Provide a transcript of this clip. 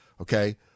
okay